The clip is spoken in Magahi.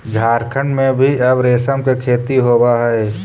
झारखण्ड में भी अब रेशम के खेती होवऽ हइ